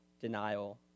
denial